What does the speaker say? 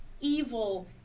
evil